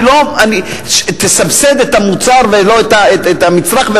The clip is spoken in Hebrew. תסבסד את הנצרך,